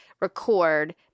record